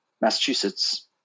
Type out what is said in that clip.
Massachusetts